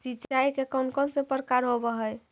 सिंचाई के कौन कौन से प्रकार होब्है?